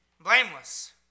blameless